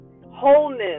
wholeness